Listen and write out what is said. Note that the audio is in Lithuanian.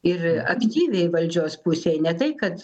ir aktyviai valdžios pusėj ne tai kad